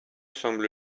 semble